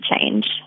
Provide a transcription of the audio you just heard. change